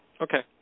Okay